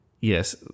yes